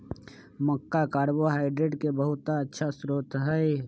मक्का carbohydrate के बहुत अच्छा स्रोत हई